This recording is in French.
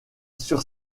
sur